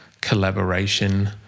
collaboration